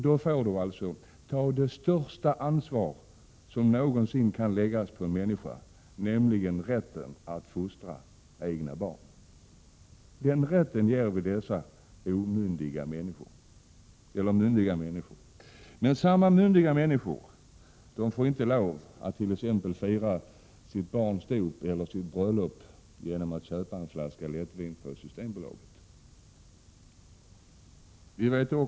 De får alltså ta det största ansvar som någonsin kan läggas på en människa, nämligen att fostra egna barn. Den rätten ger vi dessa myndiga människor, men samma myndiga människor får inte lov att t.ex. fira sitt barns dop eller sitt bröllop genom att köpa en flaska lättvin på Systembolaget.